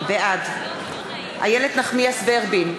בעד איילת נחמיאס ורבין,